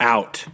Out